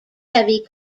heavy